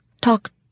talk